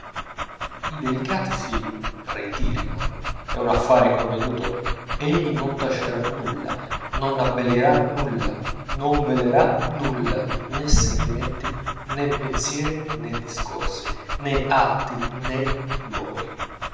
i delicati si ritirino è un affar convenuto egli non tacerà nulla non abbellirà nulla non velerà nulla nè sentimenti nè pensieri nè discorsi nè atti nè luoghi